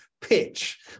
pitch